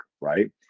right